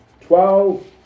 twelve